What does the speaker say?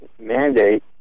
mandate